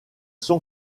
sont